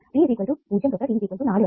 t0 തൊട്ട് t4 വരെ